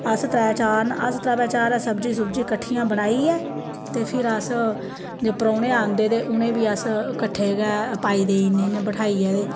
ते अस्स त्रै चार न अस्स त्रैवें चारें सब्जी सुब्जी कट्ठियां बनाइये ते फिर अस्स जे परौह्ने आंदे ते उनेंगी बी अस कट्ठे गै पाई देई उड़नी इयां बठाइयै ते